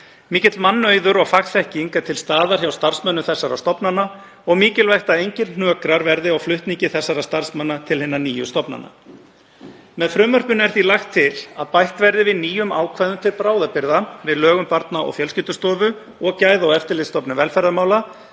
Mikill mannauður og fagþekking er til staðar hjá starfsmönnum þessara stofnana og mikilvægt að engir hnökrar verði á flutningi þeirra til hinna nýju stofnana. Með frumvarpinu er því lagt til að bætt verði við nýjum ákvæðum til bráðabirgða við lög um Barna- og fjölskyldustofu og lög um Gæða- og eftirlitsstofnun velferðarmála